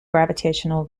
gravitational